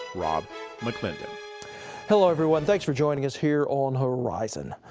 rob mcclendon hello everyone, thanks for joining us here on horizon.